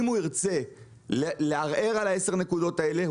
אם הוא ירצה לערער על 10 הנקודות האלה,